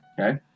okay